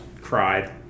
cried